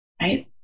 Right